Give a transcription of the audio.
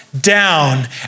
down